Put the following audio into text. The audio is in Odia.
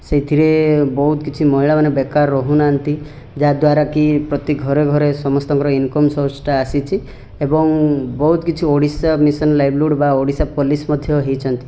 ସେଥିରେ ବହୁତ କିଛି ମହିଳାମାନେ ବେକାର ରହୁନାହାଁନ୍ତି ଯାହାଦ୍ୱାରା କି ପ୍ରତି ଘରେ ଘରେ ସମସ୍ତଙ୍କର ଇନକମ୍ ସୋର୍ସ୍ ଟା ଆସିଛି ଏବଂ ବହୁତ କିଛି ଓଡ଼ିଶା ମିଶନ୍ ଲାଇଭଲିହୁଡ଼୍ ବା ଓଡ଼ିଶା ପୋଲିସ୍ ମଧ୍ୟ ହୋଇଛନ୍ତି